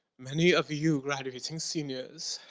many of you graduating seniors